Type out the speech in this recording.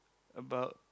about